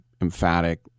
emphatic